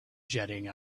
jetting